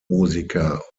musiker